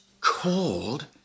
Called